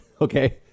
Okay